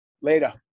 Later